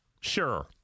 Sure